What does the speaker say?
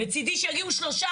מצידי שיגיעו שלושה,